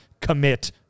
commit